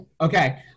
okay